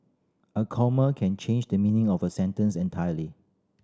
a comma can change the meaning of a sentence entirely